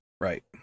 right